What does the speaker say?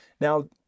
Now